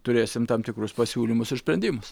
turėsim tam tikrus pasiūlymus ir sprendimus